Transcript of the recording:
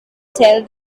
tell